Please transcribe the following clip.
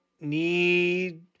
need